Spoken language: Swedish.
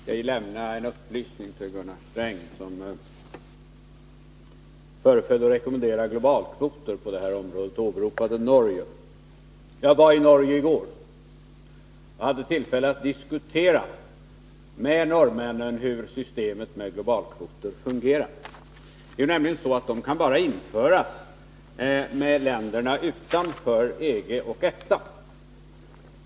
Herr talman! Jag vill lämna en upplysning till Gunnar Sträng, som föreföll att rekommendera globalkvoter på detta område och åberopade Norge. Jag var i Norge i går och hade tillfälle att diskutera med norrmännen hur systemet med globalkvoter fungerar. Globalkvoter kan bara införas med länderna utanför EG och EFTA.